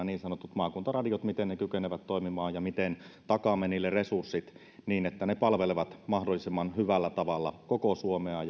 niin sanotut maakuntaradiot kykenevät toimimaan ja miten takaamme niille resurssit niin että ne palvelevat mahdollisimman hyvällä tavalla koko suomea